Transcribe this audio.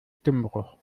stimmbruch